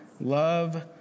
love